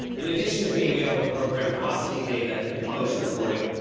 in addition to being able to program velocity data in the motion recording,